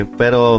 pero